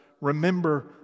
remember